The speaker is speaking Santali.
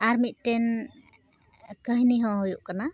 ᱟᱨ ᱢᱤᱫᱴᱮᱱ ᱠᱟᱹᱦᱤᱱᱤ ᱦᱚᱸ ᱦᱩᱭᱩᱜ ᱠᱟᱱᱟ